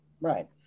right